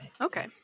Okay